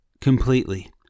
completely